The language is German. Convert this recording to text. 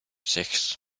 sechs